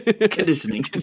Conditioning